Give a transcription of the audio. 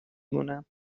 مونم